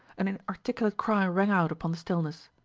an inarticulate cry rang out upon the stillness.